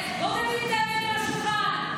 בואו נשים את האמת על השולחן.